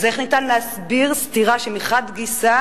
אז איך ניתן להסביר סתירה שמחד גיסא